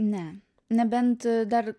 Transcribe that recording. ne nebent dar